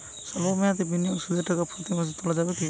সল্প মেয়াদি বিনিয়োগে সুদের টাকা প্রতি মাসে তোলা যাবে কি?